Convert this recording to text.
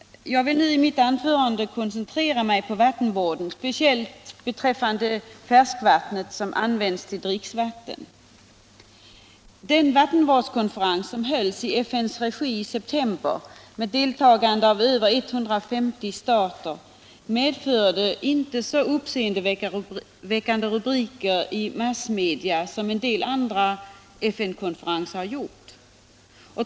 Jag vill nu i mitt anförande koncentrera mig på vattenvården, speciellt beträffande färskvattnet som används till dricksvatten. Den vattenvårdskonferens som hölls i FN:s regi i mars 1977 med deltagande av över 150 stater medförde inte så uppseendeväckande rubriker i massmedia som en del andra FN-konferenser.